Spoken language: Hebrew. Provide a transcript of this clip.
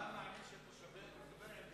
אתה מעניש את תושבי כפר-בירעם בגלל,